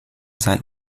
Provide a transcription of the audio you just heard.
sein